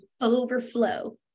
overflow